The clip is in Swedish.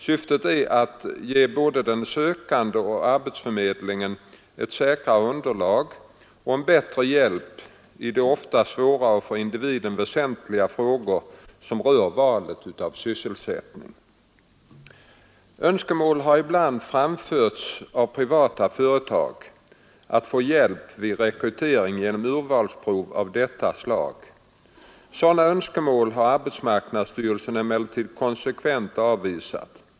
Syftet är att ge både den sökande och arbetsförmedlingen ett säkrare underlag och en bättre hjälp i de ofta svåra och för individen väsentliga frågor som rör valet av sysselsättning. Önskemål har ibland framförts av privata företag att få hjälp vid rekryteringen genom urvalsprov av detta slag. Sådana önskemål har arbetsmarknadsstyrelsen emellertid konsekvent avvisat.